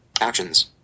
Actions